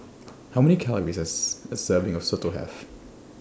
How Many Calories Does A Serving of Soto Have